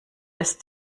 ist